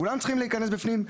כולם צריכים להיכנס בפנים.